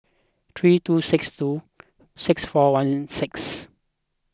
three two six two six four one six